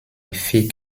thick